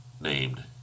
named